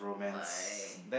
my